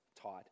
taught